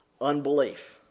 unbelief